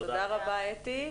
תודה רבה אתי.